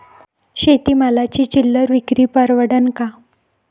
शेती मालाची चिल्लर विक्री परवडन का?